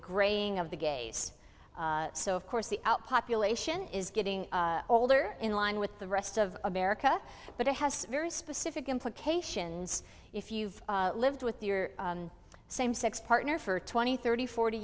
graying of the gays so of course the out population is getting older in line with the rest of america but it has very specific implications if you've lived with the same sex partner for twenty thirty forty